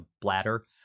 bladder